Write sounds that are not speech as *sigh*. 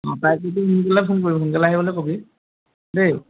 অঁ তাই যদি *unintelligible* সোনকালে আহিবলৈ ক'বি দেই